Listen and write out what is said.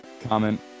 Comment